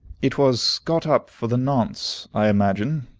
it was got up for the nonce, i imagine.